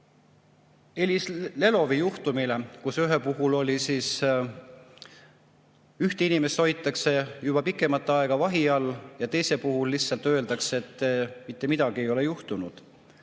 Eliis Lelovi juhtumile? Ühe puhul hoitakse ühte inimest juba pikemat aega vahi all ja teise puhul lihtsalt öeldakse, et mitte midagi ei ole juhtunud.